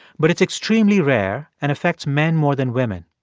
but it's extremely rare and affects men more than women.